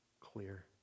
clear